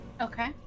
Okay